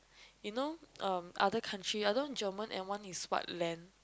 you know um other country I don't German and one is what land